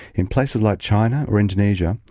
in places like china or indonesia,